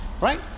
Right